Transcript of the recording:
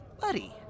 buddy